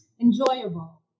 enjoyable